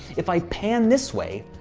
if i pan this way,